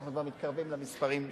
אנחנו כבר מתקרבים למספרים שאמרת.